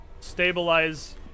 Stabilize